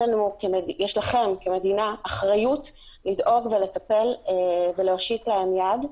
יש לכם כמדינה אחריות לדאוג ולטפל ולהושיט להם יד,